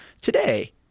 today